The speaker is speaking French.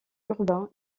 urbain